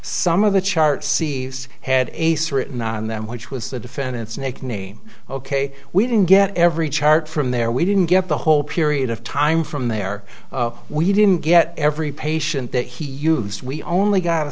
some of the chart see had a certain on them which was the defendant's nickname ok we didn't get every chart from there we didn't get the whole period of time from there we didn't get every patient that he used we only got a